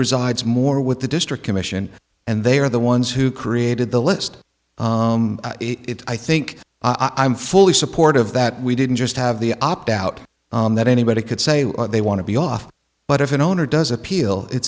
resides more with the district commission and they are the ones who created the list it i think i am fully supportive that we didn't just have the opt out that anybody could say they want to be off but if an owner does appeal it